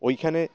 ওইখানে